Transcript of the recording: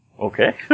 Okay